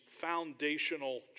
foundational